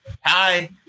Hi